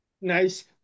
Nice